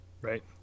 Right